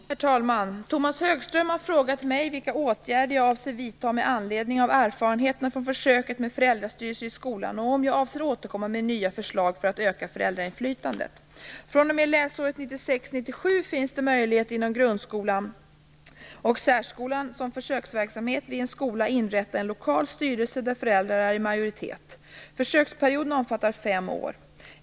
Herr talman! Tomas Högström har frågat mig vilka åtgärder jag avser vidta med anledning av erfarenheterna från försöket med föräldrastyrelser i skolan och om jag avser återkomma med nya förslag för att öka föräldrainflytandet. fr.o.m. läsåret 1996/97 finns det möjlighet att inom grundskolan och särskolan som försöksverksamhet vid en skola inrätta en lokal styrelse där föräldrar är i majoritet. Försöksperioden omfattar fem år.